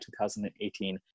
2018